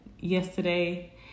yesterday